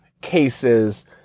cases